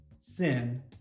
Sin